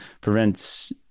prevents